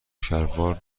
شلوار